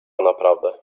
naprawdę